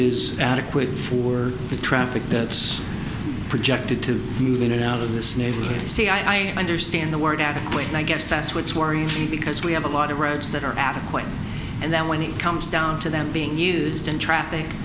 is adequate for the traffic that's projected to move in and out of this neighborhood see i understand the word adequate and i guess that's what's worrying me because we have a lot of roads that are adequate and then when it comes down to them being used in traffic